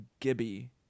Gibby